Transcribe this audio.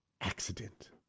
accident